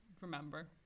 remember